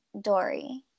Dory